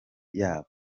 yabo